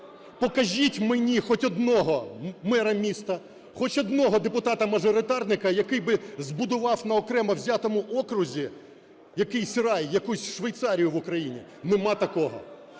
Покажіть мені хоч одного мера міста, хоч одного депутата-мажоритарника, який би збудував на окремо взятому окрузі якийсь рай, якусь Швейцарію в Україні, нема такого.